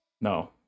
No